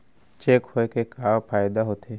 Cheque होए के का फाइदा होथे?